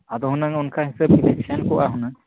ᱟᱫᱚ ᱦᱩᱱᱟᱹᱝ ᱚᱱᱠᱟ ᱦᱤᱥᱟᱹᱵᱽ ᱛᱮᱞᱤᱧ ᱥᱮᱱ ᱠᱚᱜᱼᱟ ᱦᱩᱱᱟᱹᱝ